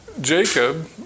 Jacob